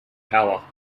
power